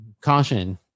caution